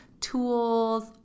tools